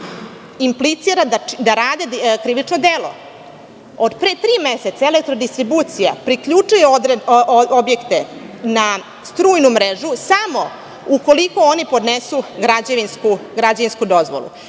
implicira da rade krivično delo. Od pre tri meseca Elektrodistribucija priključuje objekte na strujnu mrežu samo ukoliko oni podnesu građevinsku dozvolu.